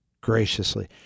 graciously